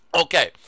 okay